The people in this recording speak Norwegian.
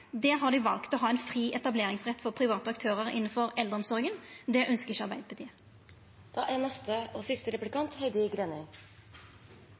til det dei gjer i Sverige. Der har dei valt å ha ein fri etableringsrett for private aktørar innanfor eldreomsorga. Det ønskjer ikkje Arbeidarpartiet.